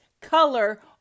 color